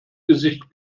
gesicht